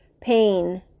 pain